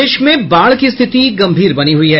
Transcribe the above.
प्रदेश में बाढ़ की स्थिति गंभीर बनी हुई है